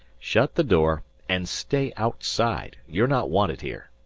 shut the door and stay outside. you're not wanted here.